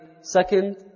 second